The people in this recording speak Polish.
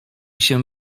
się